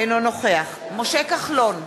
אינו נוכח משה כחלון,